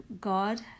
God